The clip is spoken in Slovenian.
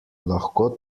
lahko